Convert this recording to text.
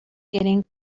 getting